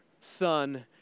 Son